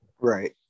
Right